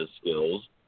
skills